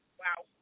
wow